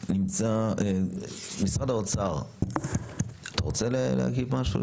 משרד האוצר, אתה רוצה להגיד משהו?